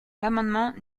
l’amendement